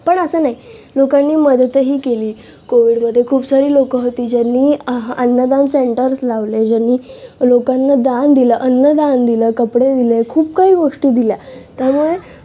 पण असं नाही लोकांनी मदतही केली कोव्हीडमध्ये खूप सारी लोकं होती ज्यांनी अन्नदान सेंटर्स लावले ज्यांनी लोकांना दान दिलं अन्नदान दिलं कपडे दिले खूप काही गोष्टी दिल्या त्यामुळे